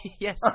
Yes